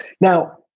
Now